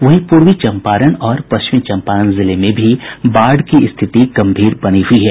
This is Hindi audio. वहीं पूर्वी चम्पारण और पश्चिमी चम्पारण जिले में भी बाढ़ की स्थिति गम्भीर बनी हुई है